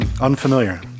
unfamiliar